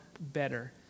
better